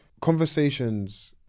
conversations